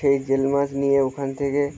সেই জিওল মাছ নিয়ে ওখান থেকে